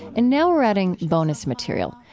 and now, we're adding bonus material.